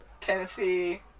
Tennessee